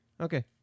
Okay